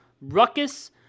Ruckus